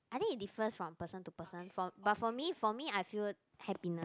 I think it differs from person to person for but for me for me I prefer happiness